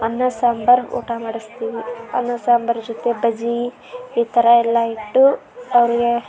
ಅನ್ನ ಸಾಂಬಾರು ಊಟ ಮಾಡಿಸ್ತೀವಿ ಅನ್ನ ಸಾಂಬಾರು ಜೊತೆ ಬಜ್ಜಿ ಈ ಥರ ಎಲ್ಲ ಇಟ್ಟು ಅವ್ರಿಗೆ